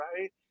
right